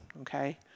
okay